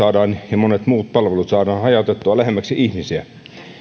ja monet muut palvelut saadaan hajautettua lähemmäksi ihmisiä